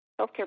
Healthcare